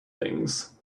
things